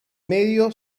medio